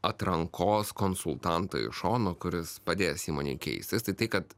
atrankos konsultantą iš šono kuris padės įmonei keistis tai tai kad